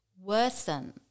worsen